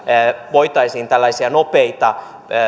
voitaisiin tällaisia nopeita